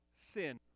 sin